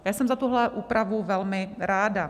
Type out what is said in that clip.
Já jsem za tuhle úpravu velmi ráda.